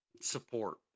support